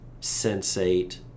sensate